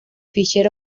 fisher